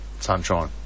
Sunshine